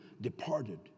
departed